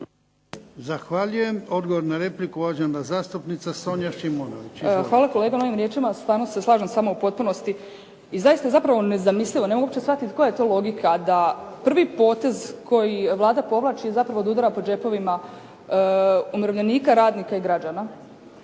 Zahvaljujem. Odgovor na repliku uvažena zastupnica Sonja Šimunović.